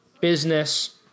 business